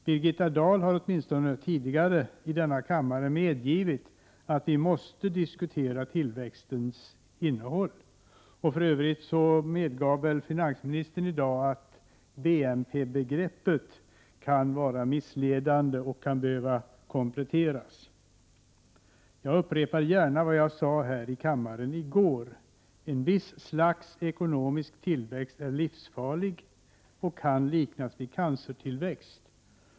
Birgitta Dahl har åtminstone tidigare i denna kammare medgivit att vi måste diskutera tillväxtens innehåll. För övrigt medgav väl finansministern i dag att BMP-begreppet kan vara missledande och kan behöva kompletteras. Jag upprepar gärna vad jag sade här i kammaren i går: Ett visst slags ekonomisk tillväxt är livsfarlig och kan liknas vid cancertillväxt.